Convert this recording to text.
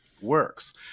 works